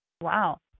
Wow